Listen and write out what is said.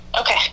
Okay